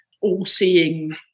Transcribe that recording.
all-seeing